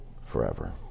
forever